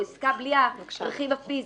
או עסקה בלי הרכיב הפיזי.